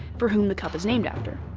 for whom the cup is named after.